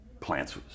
plants